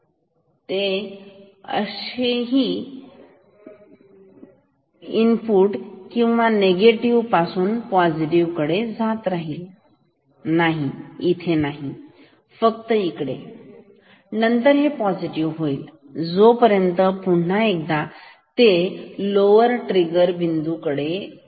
हे इथेही बदलणार नाही इनपुट जेव्हा निगेटिव्ह कडून पोसिटीव्ह कडे जाईल नाहीइथे नाही फक्त इकडे आणि नंतर हे पोसिटीव्ह राहील जोपर्यंत पुन्हा एकदा ते लोवर ट्रिगर बिंदूला पालटून जाईल